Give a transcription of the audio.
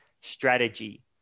strategy